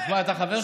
מה אתה מדבר?